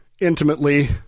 intimately